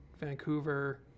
Vancouver